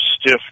stiff